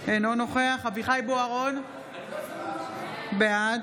אינו נוכח אביחי אברהם בוארון, בעד